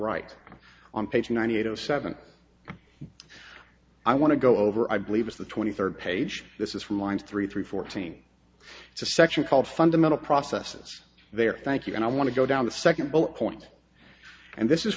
right on page ninety eight zero seven i want to go over i believe it's the twenty third page this is from lines three through fourteen it's a section called fundamental processes there thank you and i want to go down the second bullet point and this is